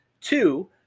Two